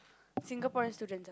Singaporean students ah